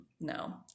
no